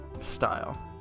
style